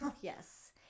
Yes